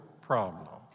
problem